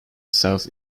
south